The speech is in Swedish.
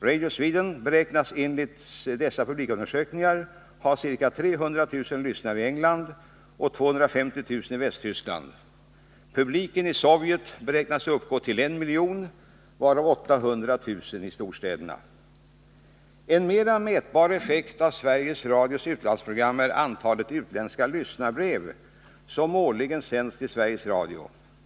Radio Sweden beräknas enligt publikundersökningarna ha ca 300 000 lyssnare i England och 250 000 i Västtyskland. Publiken i Sovjet beräknas uppgå till ca 1 miljon, varav 800 000 i storstäderna. En mer mätbar effekt av Sveriges Radios utlandsprogram är antalet utländska lyssnarbrev som årligen sänds till Sveriges Radio.